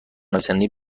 نویسنده